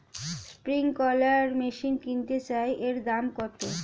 Sprinkler machine কিনতে চাই এর দাম কত?